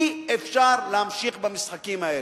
אי-אפשר להמשיך במשחקים האלה.